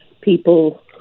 people